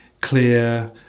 clear